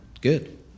good